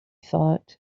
thought